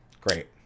Great